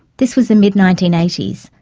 this was the mid nineteen eighty s.